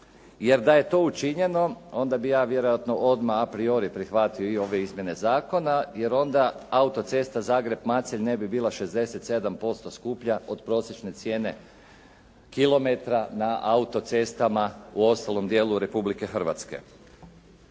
jer da je to učinjeno onda bi ja vjerojatno odmah apriori prihvatio i ove izmjene zakona jer onda autocesta Zagreb-Macelj ne bi bila 67% skuplja od prosječne cijene kilometra na autocestama u ostalom dijelu Republike Hrvatske.